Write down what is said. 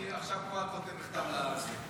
אני עכשיו כותב מכתב למזכירות.